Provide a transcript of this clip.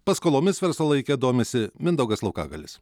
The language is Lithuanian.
paskolomis verslo laike domisi mindaugas laukagalius